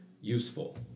useful